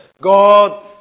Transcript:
God